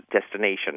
destination